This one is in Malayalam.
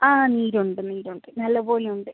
ആ നീരുണ്ട് നീരുണ്ട് നല്ല പോലെ ഉണ്ട്